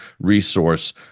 resource